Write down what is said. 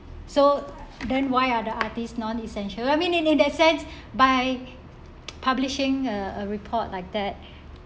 so then why are the artists non-essential I mean in in that sense by publishing a a report like that